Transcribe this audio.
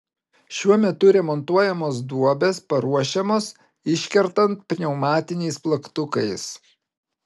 šiuo metu remontuojamos duobės paruošiamos iškertant pneumatiniais plaktukais